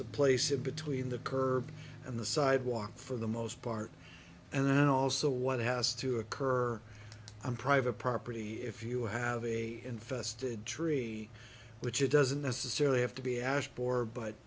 the place of between the curb and the sidewalk for the most part and then also what has to occur on private property if you have a infested tree which it doesn't necessarily have to be asked for but